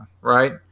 right